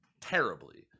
terribly